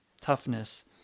toughness